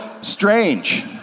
strange